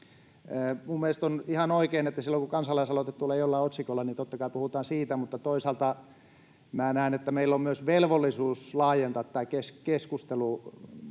minun mielestäni on ihan oikein, että silloin, kun kansalaisaloite tulee jollain otsikolla, niin totta kai puhutaan siitä. Mutta toisaalta minä näen, että meillä on myös velvollisuus laajentaa tämä keskustelu